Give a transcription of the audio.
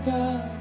God